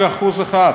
את המע"מ ב-1%.